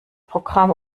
programm